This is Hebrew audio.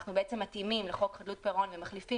אנחנו מתאימים את זה לחוק חדלות פירעון: אנחנו מחליפים